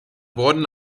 wurden